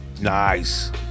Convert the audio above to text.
nice